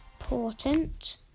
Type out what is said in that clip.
important